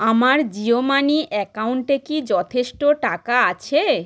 আমার জিও মানি অ্যাকাউন্টে কি যথেষ্ট টাকা আছে